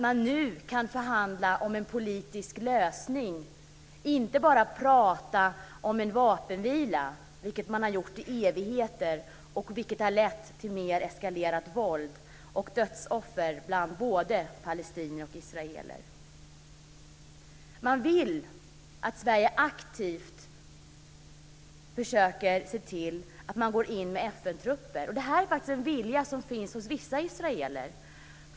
Man vill förhandla om en politisk lösning och inte bara prata om en vapenvila, vilket man har gjort i evigheter. Det har lett till mer eskalerat våld och dödsoffer bland både palestinier och israeler. Man vill att Sverige aktivt försöker se till att FN-trupper går in. Det här är faktiskt en vilja som finns hos vissa israeler.